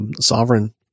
Sovereign